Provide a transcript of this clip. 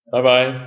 Bye-bye